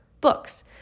books